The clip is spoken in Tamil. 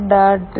read sensor